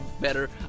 better